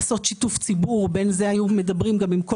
לעשות שיתוף ציבור היו מדברים עם כל